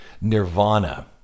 Nirvana